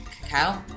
cacao